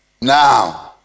now